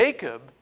Jacob